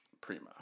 prima